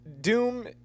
doom